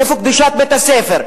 איפה קדושת בית-הספר?